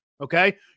okay